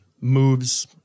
moves